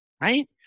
right